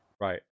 Right